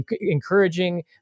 encouraging